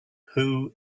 who